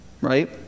right